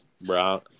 bro